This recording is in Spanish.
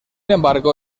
embargo